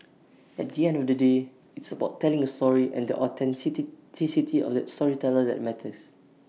at the end of the day it's about telling A story and the of the storyteller that matters